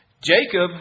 Jacob